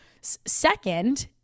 second